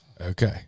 okay